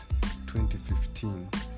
2015